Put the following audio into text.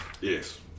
Yes